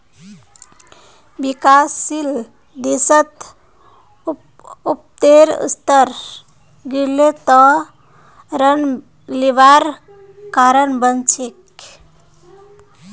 विकासशील देशत उत्पादेर स्तर गिरले त ऋण लिबार कारण बन छेक